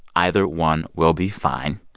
either one will be fine.